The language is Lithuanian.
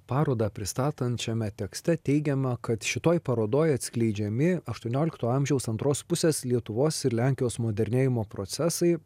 parodą pristatančiame tekste teigiama kad šitoj parodoj atskleidžiami aštuoniolikto amžiaus antros pusės lietuvos ir lenkijos modernėjimo procesai